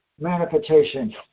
manifestation